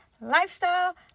lifestyle